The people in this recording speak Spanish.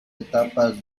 etapas